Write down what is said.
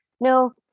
no